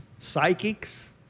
Psychics